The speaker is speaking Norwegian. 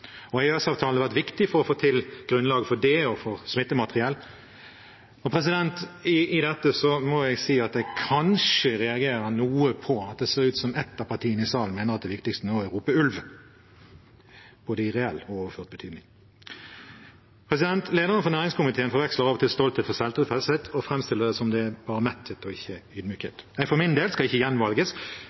Og jeg har sagt til alle at det har vært viktig for å få til grunnlaget for det og for smittemateriell. Men jeg må si at jeg kanskje reagerer noe på at det ser ut som om ett av partiene i salen mener at det viktigste nå er å rope «ulv» – både i reell og i overført betydning. Lederen for næringskomiteen forveksler av og til stolthet med selvtilfredshet og framstiller det som om det bare er metthet og ikke ydmykhet. Jeg for min del skal ikke